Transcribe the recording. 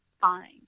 fine